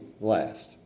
last